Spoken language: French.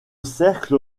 cercle